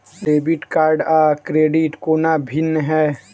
Debit card आ credit कोना भिन्न है?